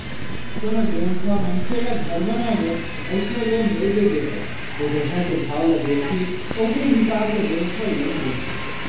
कोनो बेंक ह मनखे ल घर बनाए बर अइसने लोन नइ दे देवय ओ जघा के भाव ल देखही ओखरे हिसाब ले बेंक ह लोन देथे